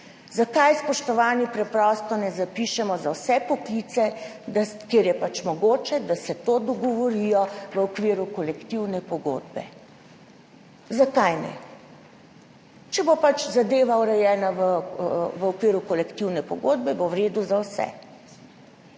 Zakaj, spoštovani, preprosto ne zapišemo za vse poklice, kjer je pač mogoče, da se to dogovorijo v okviru kolektivne pogodbe? Zakaj ne? Če bo zadeva urejena v okviru kolektivne pogodbe, bo v redu za vse,